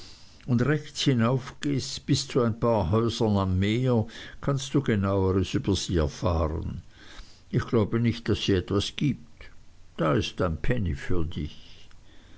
und rechts hinaufgehst bis zu ein paar häusern am meer kannst du genaueres über sie erfahren ich glaube nicht daß sie etwas gibt da ist ein penny für dich